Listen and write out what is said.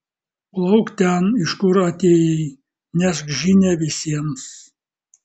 plauk ten iš kur atėjai nešk žinią visiems